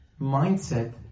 mindset